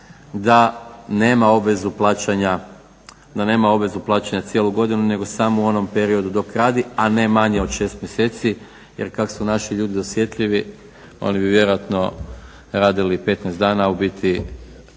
da nema obvezu plaćanja cijelu godinu nego samo u onom periodu dok radi, a ne manje od 6 mjeseci jer kako su naši ljudi dosjetljivi oni bi vjerojatno radili 15 dana, a u biti